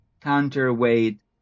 counterweight